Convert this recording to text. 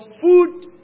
food